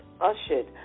ushered